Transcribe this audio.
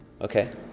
Okay